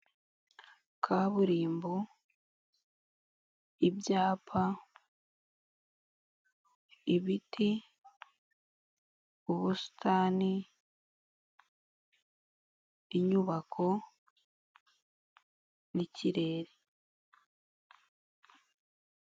Kaburimbo, ibyapa, ibiti, ubusitani, inyubako n'ikirere.